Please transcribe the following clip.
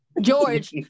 George